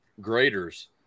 graders